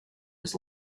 his